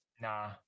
nah